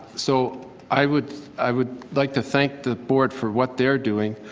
so i would i would like to thank the board for what they're doing.